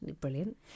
Brilliant